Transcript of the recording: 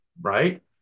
Right